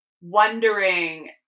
wondering